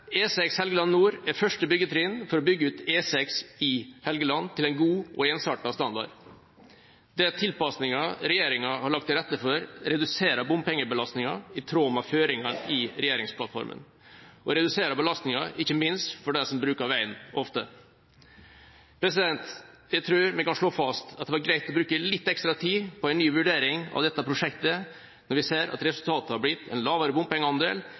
Helgeland nord er første byggetrinn for å bygge ut E6 i Helgeland til en god og ensartet standard. De tilpasningene regjeringa har lagt til rette for, reduserer bompengebelastninga i tråd med føringene i regjeringsplattformen og reduserer belastninga, ikke minst for dem som bruker veien ofte. Jeg tror vi kan slå fast at det var greit å bruke litt ekstra tid på en ny vurdering av dette prosjektet, når vi ser at resultatet har blitt en lavere bompengeandel